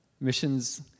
Missions